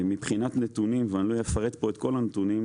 מבחינת נתונים ואני לא אפרט פה את כל הנתונים,